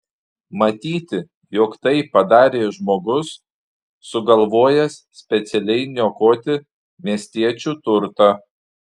matyti jog tai padarė žmogus sugalvojęs specialiai niokoti miestiečių turtą